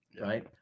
right